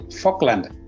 Falkland